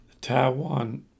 Taiwan